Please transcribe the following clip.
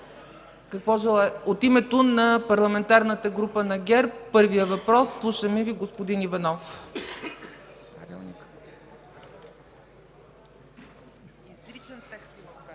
От името на Парламентарната група на ГЕРБ – първият въпрос. Слушаме Ви, господин Иванов.